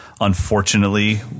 unfortunately